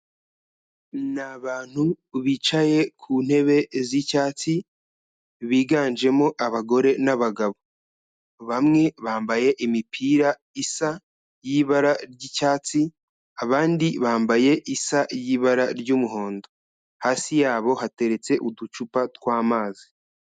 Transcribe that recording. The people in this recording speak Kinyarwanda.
Ni abantu bicaye ku ntebe z'icyatsi biganjemo abagore n'abagabo, bamwe bambaye imipira isa y'ibara ry'icyatsi, abandi bambaye isa y'ibara ry'umuhondo, hasi yabo hateretse uducupa tw'amazi.